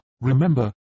Remember